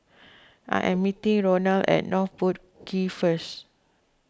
I am meeting Ronal at North Boat Quay first